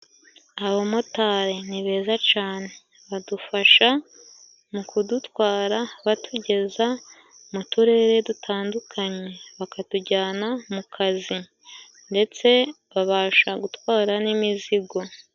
Abamotari ni beza cane badufasha mu kudutwara batugeza mu turere dutandukanye bakatujyana mu kazi ndetse babasha gutwara n'imizigo.